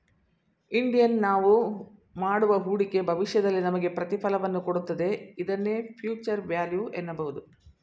Indian ನಾವು ಮಾಡುವ ಹೂಡಿಕೆ ಭವಿಷ್ಯದಲ್ಲಿ ನಮಗೆ ಪ್ರತಿಫಲವನ್ನು ಕೊಡುತ್ತದೆ ಇದನ್ನೇ ಫ್ಯೂಚರ್ ವ್ಯಾಲ್ಯೂ ಎನ್ನಬಹುದು